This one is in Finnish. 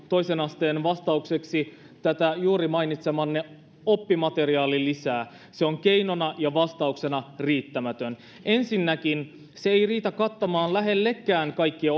toisen asteen osalta vastaukseksi tätä juuri mainitsemaanne oppimateriaalilisää se on keinona ja vastauksena riittämätön ensinnäkin se ei riitä kattamaan lähellekään kaikkia